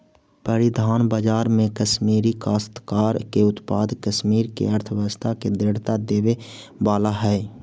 परिधान बाजार में कश्मीरी काश्तकार के उत्पाद कश्मीर के अर्थव्यवस्था के दृढ़ता देवे वाला हई